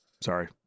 sorry